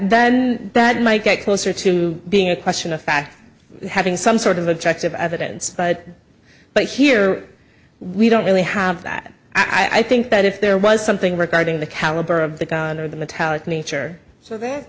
then that might get closer to being a question of fact having some sort of objective evidence but but here we don't really have that i think that if there was something regarding the caliber of the gun or the metallic nature so that